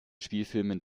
spielfilmen